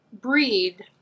breed